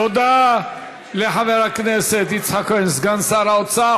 תודה לחבר הכנסת יצחק כהן, סגן שר האוצר.